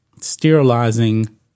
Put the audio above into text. sterilizing